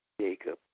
Jacob